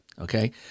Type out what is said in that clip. okay